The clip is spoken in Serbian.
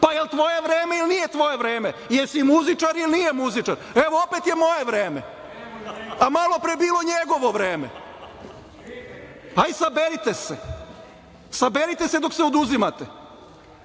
Jel tvoje vreme ili nije tvoje vreme? Jesi li muzičar ili nije muzičar? Evo opet je moje vreme a malopre je bilo njegovo vreme. Ajde saberite se. Saberite se dok se oduzimate